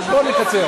אז בואו נקצר.